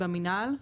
במינהל?